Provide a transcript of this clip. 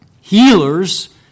healers